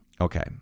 Okay